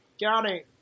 Johnny